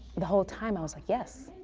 the whole time i was like yes,